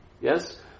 Yes